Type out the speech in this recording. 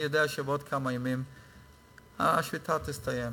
אני יודע שבעוד כמה ימים השביתה תסתיים,